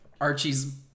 Archie's